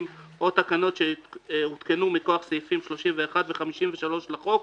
או תקנות שהותקנו מכוח סעיפים 31 ו-53 לחוק,